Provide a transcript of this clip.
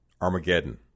Armageddon